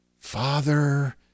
Father